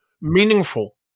meaningful